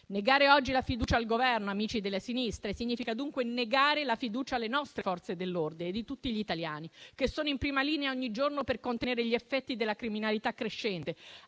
Negare oggi la fiducia al Governo, amici delle sinistre, significa dunque negare la fiducia alle nostre Forze dell'ordine, di tutti gli italiani, che sono in prima linea ogni giorno per contenere gli effetti della criminalità crescente,